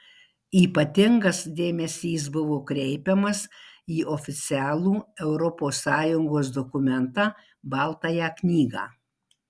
ypatingas dėmesys buvo kreipiamas į oficialų europos sąjungos dokumentą baltąją knygą